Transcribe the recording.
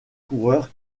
coureurs